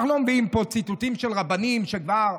אנחנו לא מביאים פה ציטוטים של רבנים שכבר,